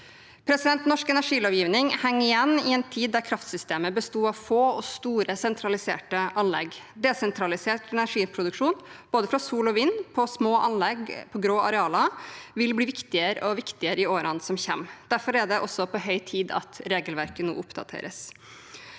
Norsk energilovgivning henger igjen i en tid der kraftsystemet besto av få og store sentraliserte anlegg. Desentralisert energiproduksjon fra både sol og vind på små anlegg på grå arealer vil bli viktigere og viktigere i årene som kommer. Derfor er det på høy tid at regelverket oppdateres.